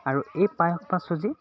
আৰু এই পায়স বা চুজি